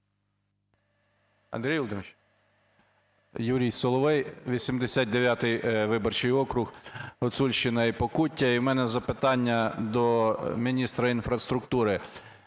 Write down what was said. Андрій Володимирович. Юрій Соловей, 89 виборчий округ, Гуцульщина і Покуття. І в мене запитання до міністра інфраструктури